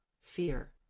fear